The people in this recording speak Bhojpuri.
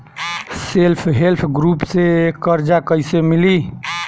सेल्फ हेल्प ग्रुप से कर्जा कईसे मिली?